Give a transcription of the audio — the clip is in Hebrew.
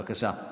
בבקשה.